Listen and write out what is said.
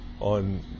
on